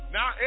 Now